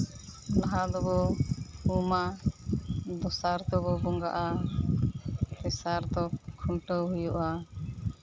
ᱞᱟᱦᱟ ᱫᱚᱵᱚ ᱩᱢᱟ ᱫᱚᱥᱟᱨ ᱫᱚᱵᱚ ᱵᱚᱸᱜᱟᱜᱼᱟ ᱛᱮᱥᱟᱨ ᱫᱚ ᱠᱷᱩᱱᱴᱟᱹᱣ ᱦᱩᱭᱩᱜᱼᱟ